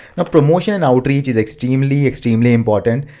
now promotion and outreach is extremely, extremely important.